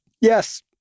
Yes